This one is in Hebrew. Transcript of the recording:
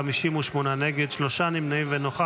אחד.